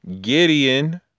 Gideon